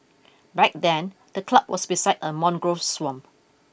back then the club was beside a mangrove swamp